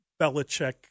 Belichick